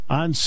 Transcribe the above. on